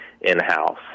in-house